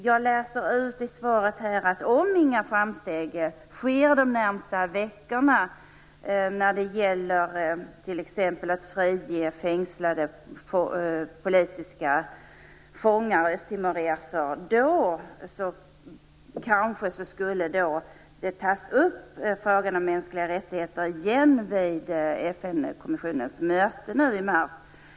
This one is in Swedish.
Jag utläser av svaret att om inga framsteg sker de närmaste veckorna, t.ex. när det gäller att frige fängslade politiska östtimoreser, kanske frågan om mänskliga rättigheter tas upp igen vid FN-kommissionens möte nu i mars.